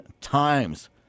times